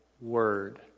word